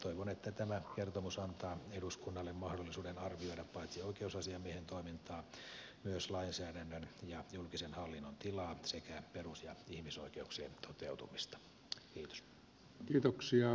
toivon että tämä kertomus antaa eduskunnalle mahdollisuuden arvioida paitsi oikeusasiamiehen toimintaa myös lainsäädännön ja julkisen hallinnon tilaa sekä perus ja ihmisoikeuksien toteutumista